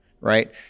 Right